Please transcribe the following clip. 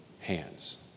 hands